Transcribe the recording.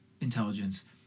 intelligence